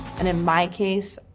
and in my case,